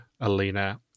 Alina